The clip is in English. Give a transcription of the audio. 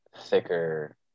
thicker